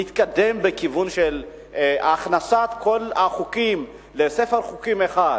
נתקדם בכיוון של הכנסת כל החוקים לספר חוקים אחד,